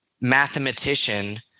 mathematician